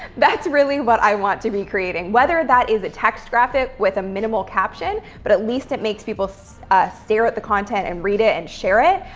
that's really what i want to be creating. whether that is a text graphic with a minimal caption, but at least it makes people so ah stare at the content and read it, and share it.